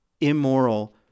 immoral